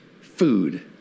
food